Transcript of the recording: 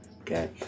okay